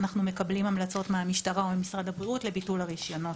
אנחנו מקבלים המלצות מהמשטרה או ממשרד הבריאות לביטול הרישיונות.